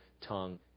tongue